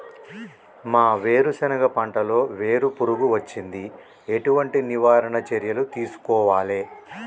మా వేరుశెనగ పంటలలో వేరు పురుగు వచ్చింది? ఎటువంటి నివారణ చర్యలు తీసుకోవాలే?